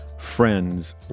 friends